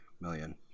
million